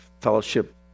fellowship